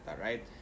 right